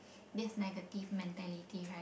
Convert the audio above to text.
this negative mentality right